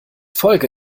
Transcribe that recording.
folge